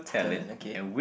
talent okay